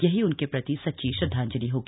यही उनके प्रति सच्ची श्रदधांजलि होगी